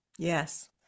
Yes